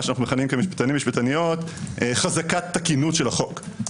שאנחנו מכנים כמשפטנים ומשפטניות חזקת תקינות של החוק,